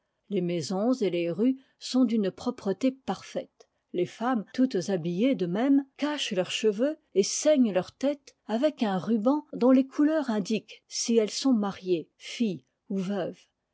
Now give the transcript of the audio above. les maisons et les rues sont d'une propreté parfaite les femmes toutes habillées de même cachent leurs cheveux et ceignent leur tête avec un ruban dont les couleurs indiquent si elles sont mariées filles ou veuves